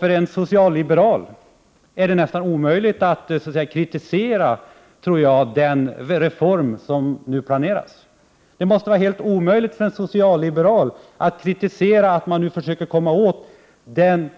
För en socialliberal anser jag att det borde vara nästan omöjligt att kritisera den reform som nu planeras. Det måste vara helt omöjligt för en socialliberal att kritisera det faktum att man nu försöker komma åt det